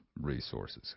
resources